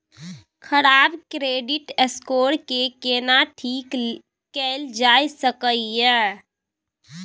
खराब credit score के केना ठीक कैल जा सकै ये?